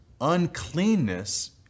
uncleanness